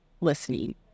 listening